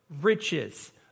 riches